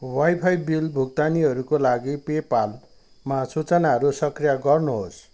wifi bill भुक्तानीहरूको लागि पे पालमा सूचनाहरू सक्रिय गर्नुहोस्